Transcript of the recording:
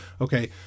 Okay